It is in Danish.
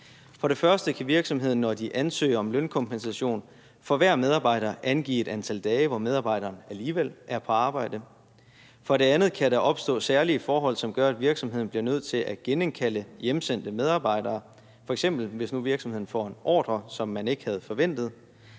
For det første kan virksomheden, når de ansøger om lønkompensation, for hver medarbejder angive et antal dage, hvor medarbejderen alligevel er på arbejde. For det andet kan der opstå særlige forhold, som gør, at virksomheden bliver nødt til at genindkalde hjemsendte medarbejdere, f.eks. hvis nu virksomheden får en ordre, som man ikke havde forventet,